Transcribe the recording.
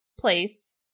place